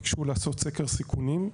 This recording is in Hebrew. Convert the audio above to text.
ביקשו לעשות סקר סיכונים,